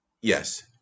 Yes